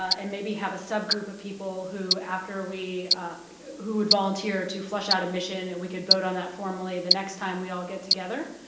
and maybe have a subgroup of people who, after we who had volunteered to flesh out a mission, and we could vote on that formally the next time we all get together.